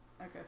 Okay